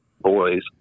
boys